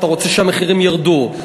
אתה רוצה שהמחירים ירדו.